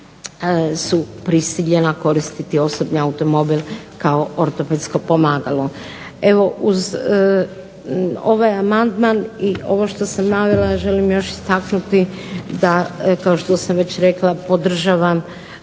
su prisiljena koristiti osobni automobil kao ortopedsko pomagalo. Evo uz ovaj amandman i ovo što sam navela želim još istaknuti da kao što sam već rekla podržavam